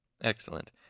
Excellent